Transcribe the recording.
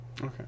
Okay